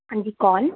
ਹਾਂਜੀ ਕੋਣ